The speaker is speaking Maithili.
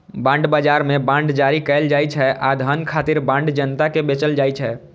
बांड बाजार मे बांड जारी कैल जाइ छै आ धन खातिर बांड जनता कें बेचल जाइ छै